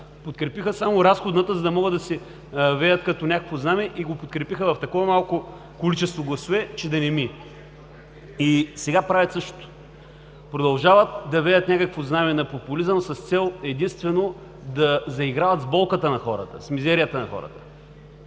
подкрепиха само разходната, за да могат да си я веят като някакво знаме, и я подкрепиха в такова малко количество гласове, че да не мине. И сега правят същото. Продължават да веят някакво знаме на популизъм, с цел единствено да заиграват с болката на хората, с мизерията на хората.